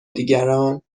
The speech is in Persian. دیگران